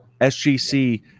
sgc